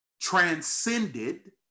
transcended